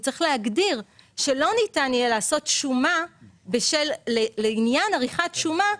צריך להגדיר שלא ניתן יהיה לעשות שומה לעניין עריכת שומה,